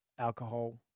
Alcohol